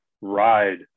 ride